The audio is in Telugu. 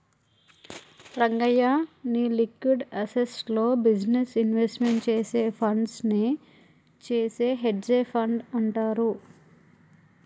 రంగయ్య, నీ లిక్విడ్ అసేస్ట్స్ లో బిజినెస్ ఇన్వెస్ట్మెంట్ చేసే ఫండ్స్ నే చేసే హెడ్జె ఫండ్ అంటారు